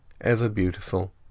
ever-beautiful